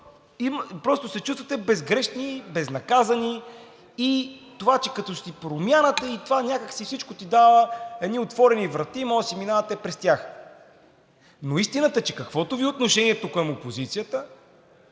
просто се чувствате безгрешни, безнаказани и това, че като си Промяната, това някак си всичко ти дава, едни отворени врати и може да си минавате през тях. Но истината е, че каквото Ви е отношението към опозицията,